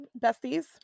besties